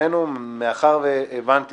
מאחר שהבנתי